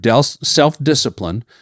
self-discipline